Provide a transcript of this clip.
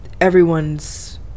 everyone's